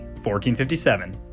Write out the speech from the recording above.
1457